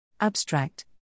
Abstract